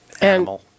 animal